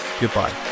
goodbye